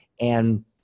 and-